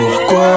pourquoi